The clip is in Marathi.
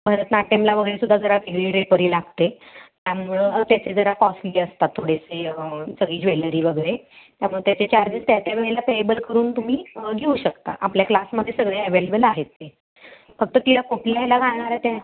भरतनाट्यमला वगैरे सुद्धा जरा वेगळी ड्रेपरी लागते त्यामुळं त्याचे जरा कॉस्टली असतात थोडेसे सगळी ज्वेलरी वगैरे त्यामुळे त्याचे चार्जेस त्या त्या वेळेला पेएबल करून तुम्ही घेऊ शकता आपल्या क्लासमध्ये सगळे एवेलेबल आहेत ते फक्त तिला कुठल्या याला गाणारे त्या